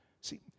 See